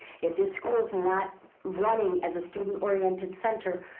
if this school's not running as a student-oriented center,